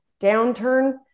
downturn